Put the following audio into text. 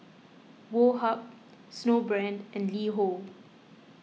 Woh Hup Snowbrand and LiHo